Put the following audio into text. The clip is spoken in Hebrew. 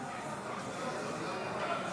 ההתייעלות הכלכלית (תיקוני חקיקה ליישום המדיניות